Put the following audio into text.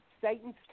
Satan's